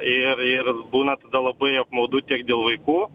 ir ir būna tada labai apmaudu tiek dėl vaikų